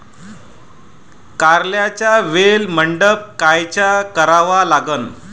कारल्याचा वेल मंडप कायचा करावा लागन?